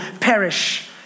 perish